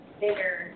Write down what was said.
bigger